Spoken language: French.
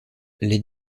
les